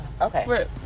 okay